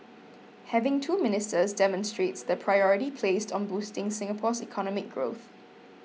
having two ministers demonstrates the priority placed on boosting Singapore's economic growth